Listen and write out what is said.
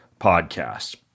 podcast